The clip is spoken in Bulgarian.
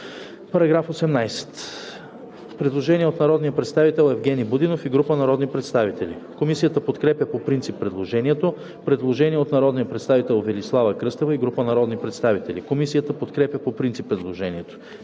По § 18 има предложение от народния представител Евгени Будинов и група народни представители. Комисията подкрепя по принцип предложението. Предложение от народния представител Велислава Кръстева и група народни представители. Комисията подкрепя по принцип предложението.